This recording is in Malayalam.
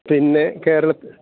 പിന്നെ കേരളമത്